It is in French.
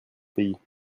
pays